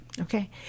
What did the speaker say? Okay